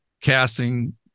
casting